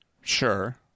Sure